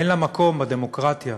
אין לה מקום בדמוקרטיה.